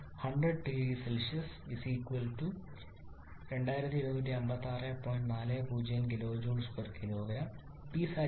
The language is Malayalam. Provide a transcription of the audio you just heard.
4615 kJK hfg 1000C 2256